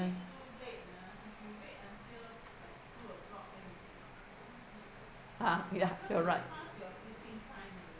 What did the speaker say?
~ess ha ya you are right